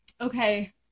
okay